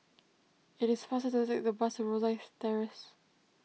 it is faster to take the bus Rosyth Terrace